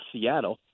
Seattle